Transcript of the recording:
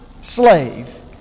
slave